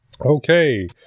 Okay